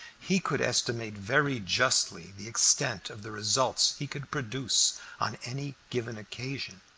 he could estimate very justly the extent of the results he could produce on any given occasion,